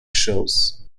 shows